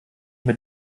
mit